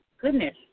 Goodness